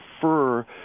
prefer